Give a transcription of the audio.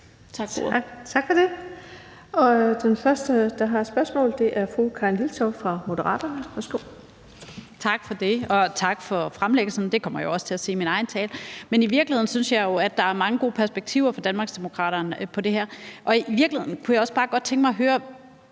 Tak for det. Den første, der har et spørgsmål, er fru Karin Liltorp fra Moderaterne. Værsgo. Kl. 16:52 Karin Liltorp (M): Tak for det, og tak for fremlæggelsen. Det kommer jeg også til at sige i min egen tale. Men i virkeligheden synes jeg jo, at der er mange gode perspektiver på det her fra Danmarksdemokraterne. Jeg kunne også bare tænke mig at høre